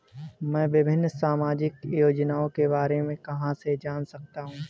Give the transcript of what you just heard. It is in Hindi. मैं विभिन्न सामाजिक योजनाओं के बारे में कहां से जान सकता हूं?